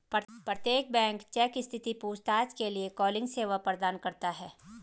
प्रत्येक bank check स्थिति पूछताछ के लिए कॉलिंग सेवा प्रदान करता हैं